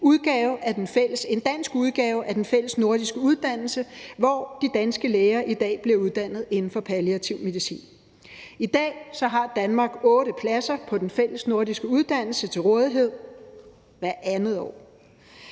en dansk udgave af den fællesnordiske uddannelse, hvor de danske læger i dag bliver uddannet inden for palliativ medicin. Kl. 11:12 I dag har Danmark otte pladser på den fællesnordiske uddannelse til rådighed – hvert andet år